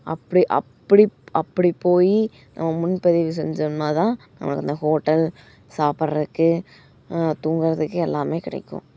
அப்படி அப்படி அப்படி போய் நம்ம முன்பதிவு செஞ்சம்ன்னா தான் நம்மளுக்கு அந்த ஹோட்டல் சாப்பிட்றக்கு தூங்கறதுக்கு எல்லாமே கிடைக்கும்